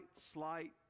slight